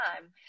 time